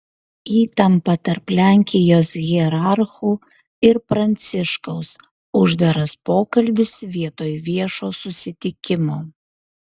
įtampa tarp lenkijos hierarchų ir pranciškaus uždaras pokalbis vietoj viešo susitikimo